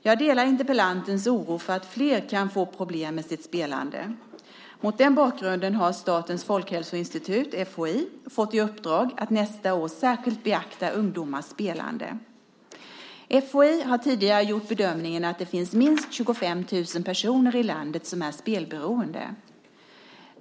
Jag delar interpellantens oro för att flera kan få problem med sitt spelande. Mot den bakgrunden har Statens folkhälsoinstitut, FHI, fått i uppdrag att nästa år särskilt beakta ungdomars spelande. FHI har tidigare gjort bedömningen att det finns minst 25 000 personer i landet som är spelberoende.